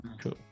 Cool